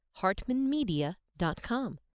hartmanmedia.com